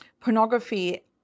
pornography